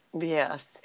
Yes